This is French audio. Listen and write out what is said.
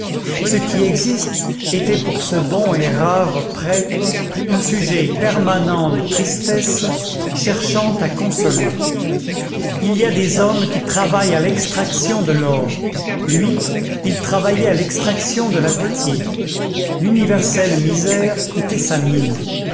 ce qui existe était pour ce bon et rare prêtre un sujet permanent de tristesse cherchant à consoler il y a des hommes qui travaillent à l'extraction de l'or lui il travaillait à l'extraction de la pitié l'universelle misère était sa mine